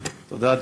תודה.